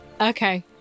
Okay